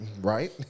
right